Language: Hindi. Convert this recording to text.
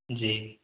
जी